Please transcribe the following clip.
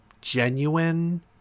genuine